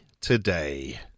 today